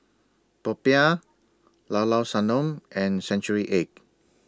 Popiah Llao Llao Sanum and Century Egg